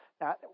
Now